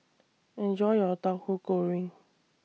Enjoy your Tauhu Goreng